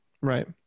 Right